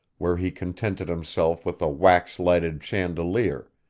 where he contented himself with a wax-lighted chandelier,